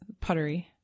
puttery